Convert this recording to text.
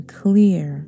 clear